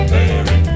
Mary